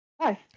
Hi